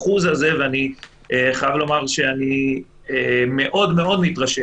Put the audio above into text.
אז ניסחנו את האחוז הזה ואני חייב לומר שאני מאוד מאוד מתרשם